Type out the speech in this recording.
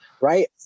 right